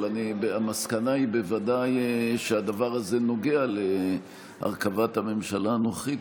אבל המסקנה היא בוודאי שהדבר הזה נוגע להרכבת הממשלה הנוכחית,